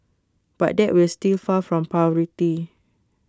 but that will still far from parity